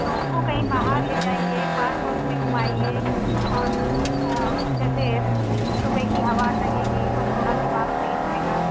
तो उनको कहीं बाहर ले जाइए पार्क उर्क में घुमाइए और जैसे सुबह की हवा लगेगी तो थोड़ा दिमाग सही रहेगा